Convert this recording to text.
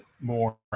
more